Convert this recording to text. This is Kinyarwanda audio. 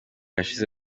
yashize